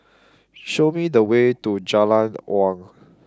show me the way to Jalan Awang